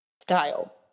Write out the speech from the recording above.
style